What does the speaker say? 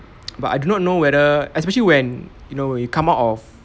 but I do not know whether especially when you know when you come out of